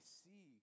see